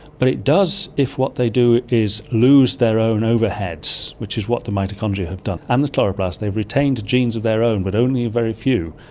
but it does if what they do is lose their own overheads, which is what the mitochondria have done, and the chloroplasts, they've retained genes of their own but only a very few.